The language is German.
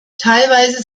teilweise